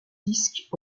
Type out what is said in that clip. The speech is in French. disques